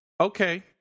Okay